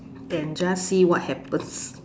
and just see what happens